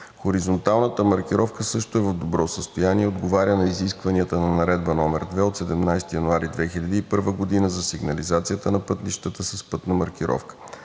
Хоризонталната маркировка също е в добро състояние, отговаря на изискванията на Наредба № 2 от 17 януари 2001 г. за сигнализацията на пътищата с пътна маркировка,